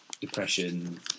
depression